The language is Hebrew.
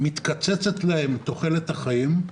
מתקצצת להם תוחלת החיים,